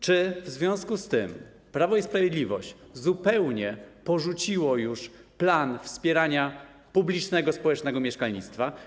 Czy w związku z tym Prawo i Sprawiedliwość zupełnie porzuciło już plan wspierania publicznego, społecznego mieszkalnictwa?